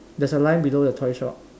there's a line below the toy shop